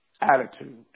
attitude